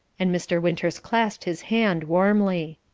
and mr. winters clasped his hand warmly.